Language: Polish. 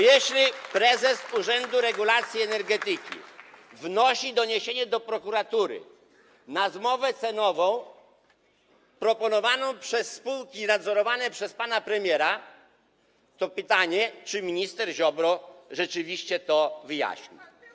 Jeśli prezes Urzędu Regulacji Energetyki składa doniesienie do prokuratury na zmowę cenową proponowaną przez spółki nadzorowane przez pana premiera, to pytanie, czy minister Ziobro rzeczywiście to wyjaśni.